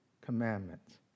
commandments